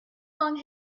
long